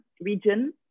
region